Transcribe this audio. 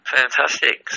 fantastic